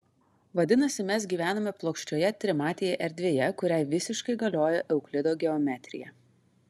vadinasi mes gyvename plokščioje trimatėje erdvėje kuriai visiškai galioja euklido geometrija